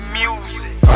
music